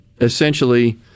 essentially